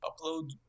upload